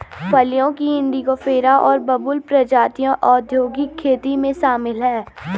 फलियों की इंडिगोफेरा और बबूल प्रजातियां औद्योगिक खेती में शामिल हैं